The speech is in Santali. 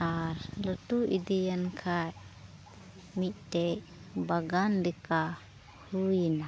ᱟᱨ ᱞᱟᱹᱴᱩ ᱤᱫᱤᱭᱮᱱ ᱠᱷᱟᱱ ᱢᱤᱫᱴᱮᱱ ᱵᱟᱜᱟᱱ ᱞᱮᱠᱟ ᱦᱩᱭᱮᱱᱟ